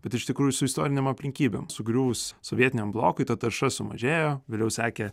bet iš tikrųjų su istorinėm aplinkybėm sugriuvus sovietiniam blokui ta tarša sumažėjo vėliau sekė